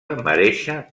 merèixer